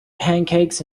pancakes